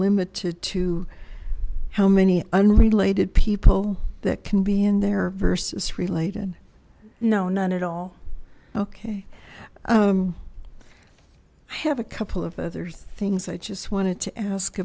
limited to how many unrelated people that can be in there versus related no not at all okay i have a couple of other things i just wanted to ask